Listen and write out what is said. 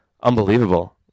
unbelievable